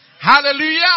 Hallelujah